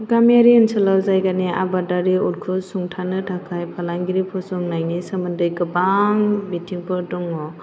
गामियारि ओनसोलाव जायगानि आबादारि उतखौ सुंथानो थाखाय फालांगिरि फसंनायनि सोमोन्दै गोबां बिथिंफोर दङ